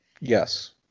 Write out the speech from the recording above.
Yes